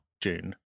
June